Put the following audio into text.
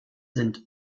sind